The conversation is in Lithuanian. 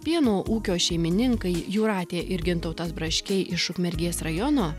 pieno ūkio šeimininkai jūratė ir gintautas braškiai iš ukmergės rajono